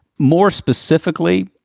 more specifically,